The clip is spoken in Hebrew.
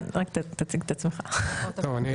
רק תציג את עצמך לפרוטוקול.